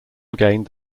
gained